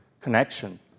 connection